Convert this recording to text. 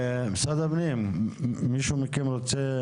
משרד הפנים, מישהו מכם רוצה